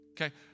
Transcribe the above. okay